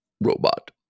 Robot